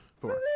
four